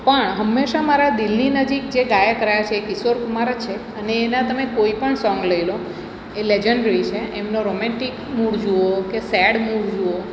પણ હંમેશા મારા દિલની નજીક જે ગાયક રહ્યા છે એ કિશોર કુમાર જ છે અને એના તમે કોઈપણ સોંગ લઈ લો એ લેજન્ડરી છે એમનો રોમેન્ટિક મૂડ જુઓ કે સેડ મૂૃડ જુઓ